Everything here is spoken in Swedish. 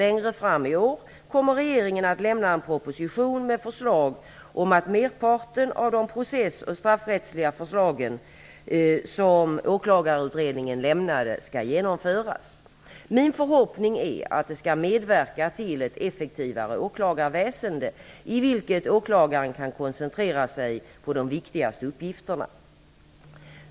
Längre fram i år kommer regeringen att lämna en proposition med förslag om att merparten av de process och straffrättsliga förslagen som åklagarutredningen lämnade skall genomföras. Min förhoppning är att det skall medverka till ett effektivare åklagarväsende, i vilket åklagaren kan koncentrera sig på de viktigaste uppgifterna.